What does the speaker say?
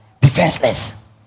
defenseless